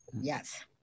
Yes